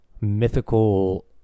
mythical